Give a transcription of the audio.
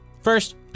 First